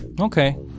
Okay